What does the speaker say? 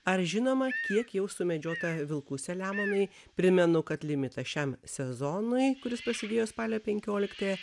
ar žinoma kiek jau sumedžiota vilkų selemonui primenu kad limitas šiam sezonui kuris pašlijo spalio penkioliktąją